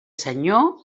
senyor